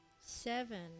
Seven